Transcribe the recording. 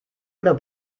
oder